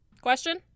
Question